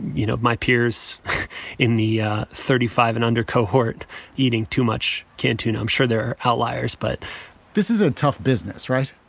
you know, my peers in the thirty five and under cohort eating too much canned tuna i'm sure there are outliers. but this is a tough business, right?